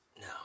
No